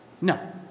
No